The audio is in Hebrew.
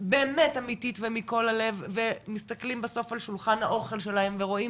באמת אמתית ומכל הלב ומסתכלים בסוף על שולחן האוכל שלהם ורואים